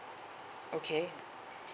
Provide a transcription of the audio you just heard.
okay